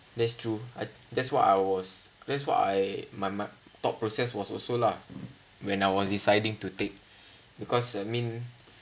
that's true I that's what I was that's what I my my thought process was also lah when I was deciding to take because I mean